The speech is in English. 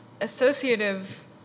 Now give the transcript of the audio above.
associative